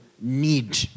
need